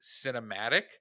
cinematic